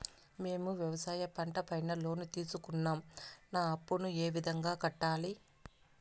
మేము వ్యవసాయ పంట పైన లోను తీసుకున్నాం నా అప్పును ఏ విధంగా కట్టాలి